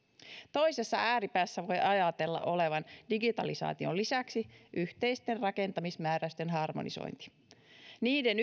toisessa ääripäässä voi ajatella olevan digitalisaation lisäksi yhteisten rakentamismääräysten harmonisointi niiden